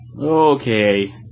Okay